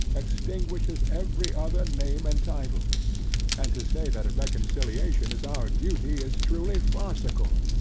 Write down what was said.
extinguishes every other name and title and to say that reconciliation is our duty, is truly farcical.